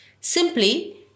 Simply